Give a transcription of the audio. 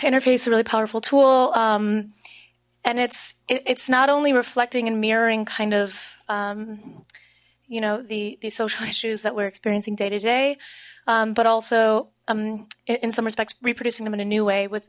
interface is a really powerful tool and it's it's not only reflecting and mirroring kind of you know the the social issues that we're experiencing day to day but also um in some respects reproducing them in a new way with